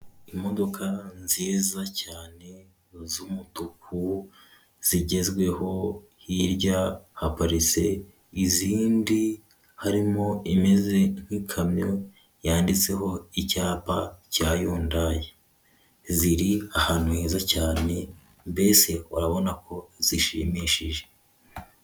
Imodoka nziza cyane z'umutuku zigezweho hirya haparitse izindi harimo imeze nk'ikamyo yanditseho icyapa cya yundayi ziri ahantu heza cyane mbese urabona ko zishimishije..